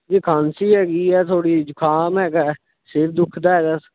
ਜੀ ਖਾਂਸੀ ਹੈਗੀ ਹੈ ਥੋੜ੍ਹੀ ਜੁਖਾਮ ਹੈਗਾ ਹੈ ਸਿਰ ਦੁੱਖਦਾ ਹੈ ਬਸ